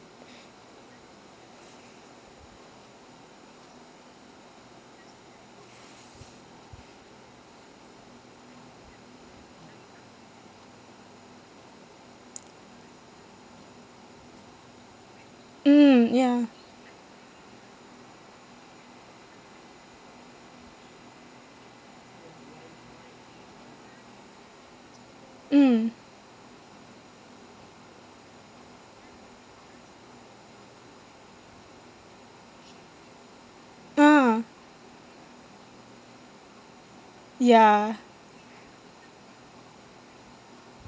mm ya mm ah ya